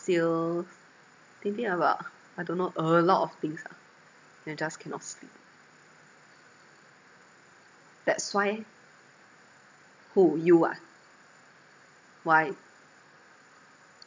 sales thinking about I don't know a lot of things ah then just cannot sleep that's why who you ah why